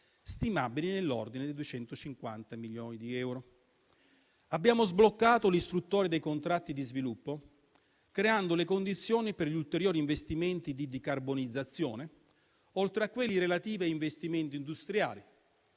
stimabili nell'ordine di 250 milioni di euro. Abbiamo sbloccato l'istruttoria dei contratti di sviluppo, creando le condizioni per gli ulteriori investimenti di decarbonizzazione, oltre a quelli relativi agli investimenti industriali